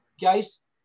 Guys